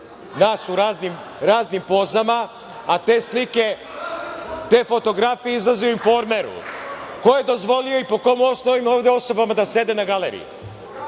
vas u raznim pozama, a te slike, te fotografije izlaze u „Informeru“? Ko je dozvolio i po kom osnovu ovim osobama da sede na galeriji?